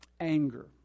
anger